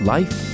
Life